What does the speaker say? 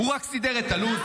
הוא רק סידר את הלו"ז.